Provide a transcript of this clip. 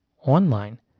online